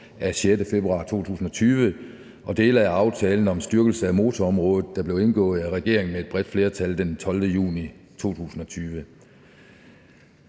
af 6. februar 2020 og dele af aftalen om styrkelse af motorområdet, der blev indgået af regeringen med et bredt flertal den 12. juni 2020.